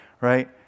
right